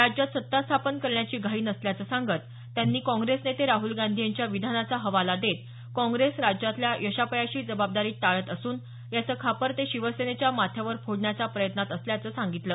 राज्यात सत्ता स्थापन करण्याची घाई नसल्याचं सांगत त्यांनी काँग्रेस नेते राहूल गांधी यांच्या विधानाचा हवाला देत काँग्रेस राज्यातल्या अपयशाची जबाबदारी टाळत असून याचे खापर ते शिवसेनेच्या माथ्यावर फोडण्याच्या प्रयत्नात असल्याचं सांगितलं